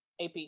AP